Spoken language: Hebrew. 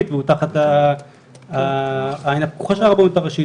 והוא תחת העין הפקוחה של הרבנות הראשית,